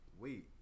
wait